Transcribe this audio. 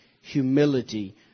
humility